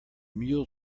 mule